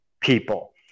people